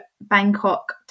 bangkok